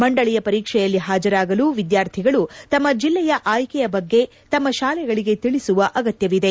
ಮಂದಳಿಯ ಪರೀಕ್ಷೆಯಲ್ಲಿ ಹಾಜರಾಗಲು ವಿದ್ಯಾರ್ಥಿಗಳು ತಮ್ಮ ಜಿಲ್ಲೆಯ ಆಯ್ಕೆಯ ಬಗ್ಗೆ ತಮ್ಮ ಶಾಲೆಗಳಿಗೆ ತಿಳಿಸುವ ಅಗತ್ಯವಿದೆ